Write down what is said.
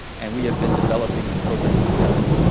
and we have been developing the program together.